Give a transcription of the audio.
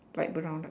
light brown light